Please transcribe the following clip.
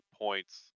points